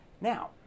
Now